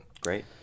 Great